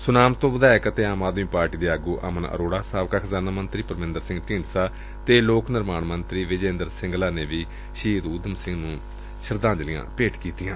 ਸੁਨਾਮ ਤੋਂ ਵਿਧਾਇਕ ਅਤੇ ਆਮ ਆਦਮੀ ਪਾਰਟੀ ਦੇ ਆਗੂ ਅਮਨ ਅਰੋੜਾ ਸਾਬਕਾ ਖਜ਼ਾਨਾ ਮੰਤਰੀ ਪਰਮਿੰਦਰ ਸਿੰਘ ਢੀਂਡਸਾ ਲੋਕ ਨਿਰਮਾਣ ਮੰਤਰੀ ਵਿਜੇਇੰਦਰ ਸਿੰਗਲਾ ਤੇ ਹੋਰ ਸਿਆਸੀ ਆਗੁਆਂ ਨੇ ਸ਼ਹੀਦ ਨੂੰ ਸ਼ਰਧਾਂਜਲੀਆਂ ਭੇਟ ਕੀਤੀਆਂ